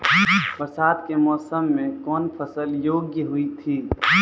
बरसात के मौसम मे कौन फसल योग्य हुई थी?